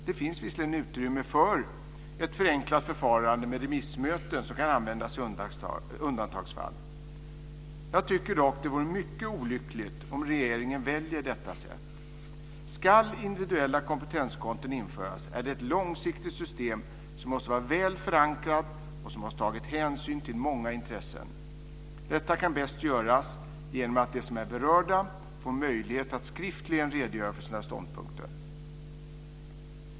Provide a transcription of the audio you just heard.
Det finns visserligen utrymme för ett förenklat förfarande med remissmöten som kan användas i undantagsfall. Jag tycker dock att det vore mycket olyckligt om regeringen väljer detta sätt. Ska individuella kompetenskonton införas är detta ett långsiktigt system som måste vara väl förankrat och som måste ta hänsyn till många intressen. Detta kan bäst göras genom att de som är berörda får möjlighet att skriftligen redogöra för sina ståndpunkter.